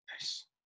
Nice